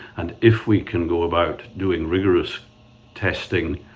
and if we can go about doing rigorous testing,